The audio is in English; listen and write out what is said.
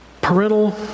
parental